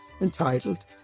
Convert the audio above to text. entitled